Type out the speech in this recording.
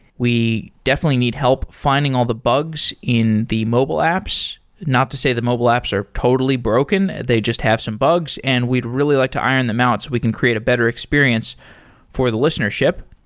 we definitely need help finding all the bugs in the mobile apps. not to say the mobile apps are totally broken. they just have some bugs, and we'd really like to iron them out so we can create a better experience for the listenership.